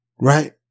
right